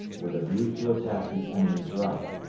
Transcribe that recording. with a view to attack the enemy's right.